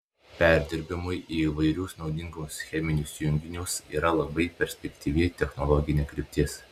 perdirbimui į įvairius naudingus cheminius junginius yra labai perspektyvi technologinė kryptis